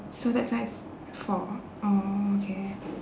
so that's why it's four oh okay